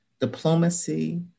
diplomacy